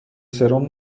سرم